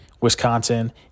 wisconsin